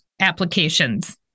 applications